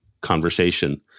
conversation